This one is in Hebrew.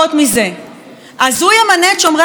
אז הוא ימנה את שומרי הסף שאחר כך יחקרו אותו?